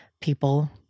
people